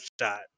shot